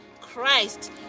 Christ